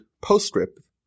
postscript